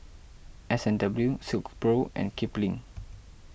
S and W Silkpro and Kipling